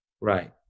Right